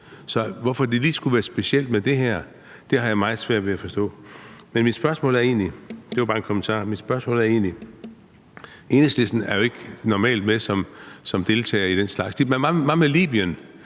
Og hvorfor det så lige skulle være specielt med det her, har jeg meget svært ved at forstå. Det var bare en kommentar. Mit spørgsmål er egentlig: Enhedslisten er jo normalt ikke med som deltager i den slags. Hvad med Libyen,